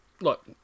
look